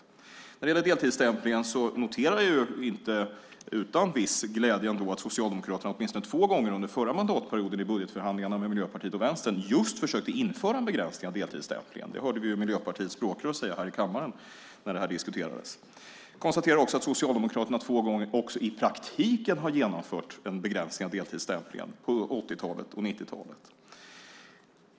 När det gäller deltidsstämplingen noterar jag inte utan en viss glädje att Socialdemokraterna åtminstone två gånger under den förra mandatperioden i budgetförhandlingarna med Miljöpartiet och Vänstern just försökte införa en begränsning av deltidsstämplingen. Det hörde vi Miljöpartiets språkrör säga här i kammaren när detta diskuterades. Jag konstaterar också att Socialdemokraterna två gånger också i praktiken har genomfört en begränsning av deltidsstämplingen - på 80-talet och 90-talet.